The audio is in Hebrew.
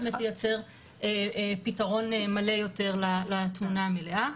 לייצר פתרון מלא יותר לתמונה המלאה.